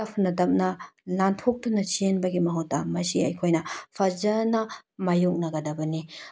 ꯇꯞꯅ ꯇꯞꯅ ꯅꯥꯟꯊꯣꯛꯇꯨꯅ ꯆꯦꯟꯕꯒꯤ ꯃꯍꯨꯠꯇ ꯃꯁꯤ ꯑꯩꯈꯣꯏꯅ ꯐꯖꯅ ꯃꯥꯌꯣꯛꯅꯒꯗꯕꯅꯤ